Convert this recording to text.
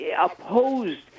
opposed